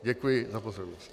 Děkuji za pozornost.